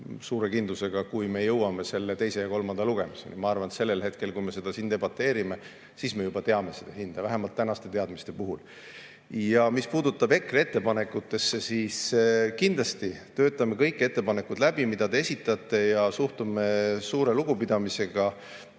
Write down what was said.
Suure kindlusega, kui me jõuame teise ja kolmanda lugemiseni, ma arvan, sellel hetkel, kui me siin debateerime, siis me juba teame seda hinda, vähemalt tänaste teadmiste järgi. Mis puudutab EKRE ettepanekuid, siis kindlasti töötame läbi kõik ettepanekud, mida te esitate, ja suhtume neisse suure lugupidamisega.